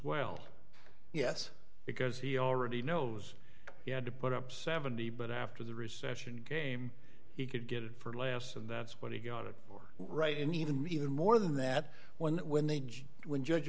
well yes because he already knows he had to put up seventy but after the recession game he could get it for laughs and that's what he got it for right and even even more than that when when they when judge